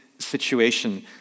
situation